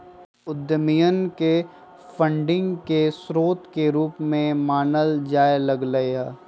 उद्यमियन के फंडिंग के स्रोत के रूप में मानल जाय लग लय